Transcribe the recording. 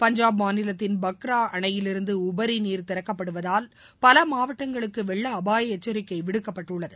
பஞ்சாப் மாநிலத்தின் பக்ரா அணையிலிருந்து உபரிநீர் திறக்கப்படுவதால் பல மாவட்டங்களுக்கு வெள்ள அபாய எச்சரிக்கை விடுக்கப்பட்டுள்ளது